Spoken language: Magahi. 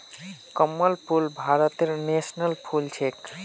कमल फूल भारतेर नेशनल फुल छिके